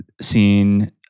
seen